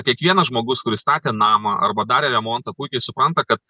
kiekvienas žmogus kuris statė namą arba darė remontą puikiai supranta kad